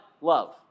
love